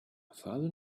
father